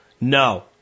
No